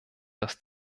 dass